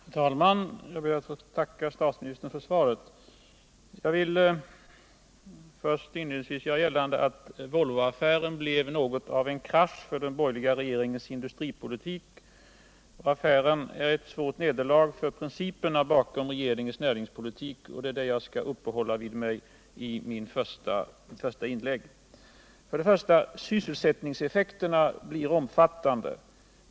Herr talman! Jag ber att få tacka statsministern för svaret. Jag vill först inledningsvis göra gällande att Volvoaffären blev något av en krasch för den borgerliga regeringens industripolitik. Affären är ett svårt nederlag för principerna bakom regeringens näringspolitik, och det är det jag skall uppehålla mig vid i mitt första inlägg. 1. Sysselsättningseffekterna blir omfattande.